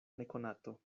nekonato